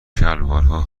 شلوارها